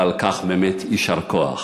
ועל כך באמת יישר כוח.